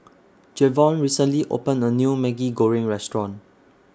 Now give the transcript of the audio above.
Jevon recently opened A New Maggi Goreng Restaurant